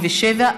57),